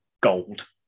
gold